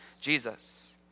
Jesus